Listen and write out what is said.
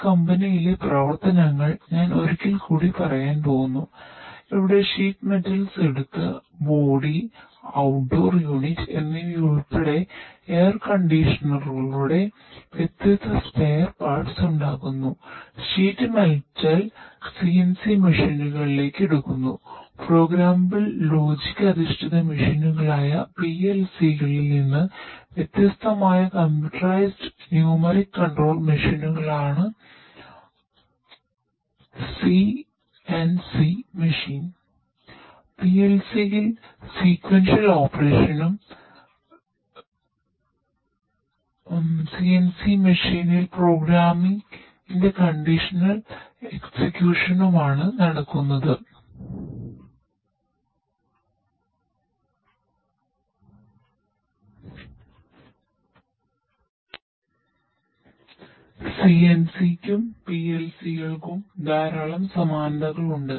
ഈ കമ്പനിയിലെ നടക്കുന്നത് CNC യ്ക്കും PLC കൾക്കും ധാരാളം സമാനതകളുണ്ട്